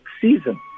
season